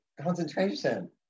concentration